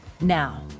Now